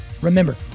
Remember